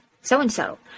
so-and-so